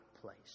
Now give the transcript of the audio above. place